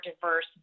diverse